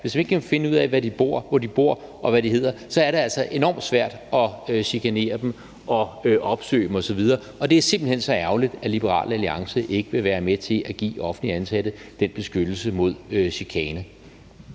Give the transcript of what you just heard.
hvis man ikke kan finde ud af, hvad de hedder, og hvor de bor, altså så er enormt svært at opsøge dem og chikanere dem osv., og det er simpelt hen så ærgerligt, at Liberal Alliance ikke vil være med til at give offentligt ansatte den beskyttelse mod chikane.